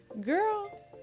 girl